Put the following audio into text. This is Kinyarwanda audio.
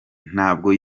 ntabwo